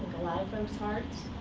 a lot of folk's hearts.